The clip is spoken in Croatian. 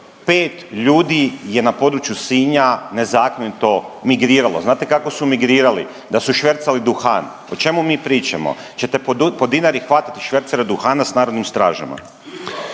pet ljudi je na području Sinja nezakonito migriralo. Znate kako su migrirali? Da su švercali duhan. O čemu mi pričamo? Hoćete po Dinari hvatati švercere duhana sa narodnim stražama?